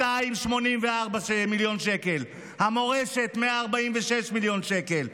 284 מיליון שקל, המורשת, 146 מיליון שקל,